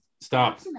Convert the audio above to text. Stop